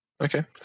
Okay